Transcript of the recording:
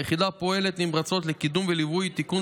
היחידה פועלת נמרצות לקידום וליווי תיקון